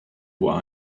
what